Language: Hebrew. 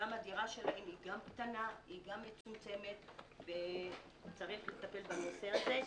הדירה שלהם קטנה ומצומצמת וצריך לטפל בנושא הזה.